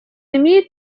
имеет